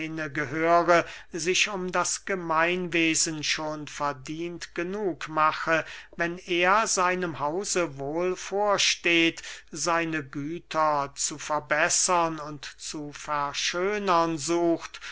gehöre sich um das gemeinwesen schon verdient genug mache wenn er seinem hause wohl vorsteht seine güter zu verbessern und zu verschönern sucht